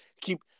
keep